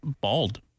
bald